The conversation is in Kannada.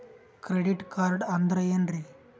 ಕ್ರೆಡಿಟ್ ಕಾರ್ಡ್ ಅಂದ್ರ ಏನ್ರೀ?